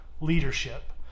leadership